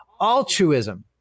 altruism